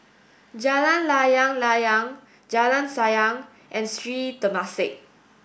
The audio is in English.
Jalan Layang Layang Jalan Sayang and Sri Temasek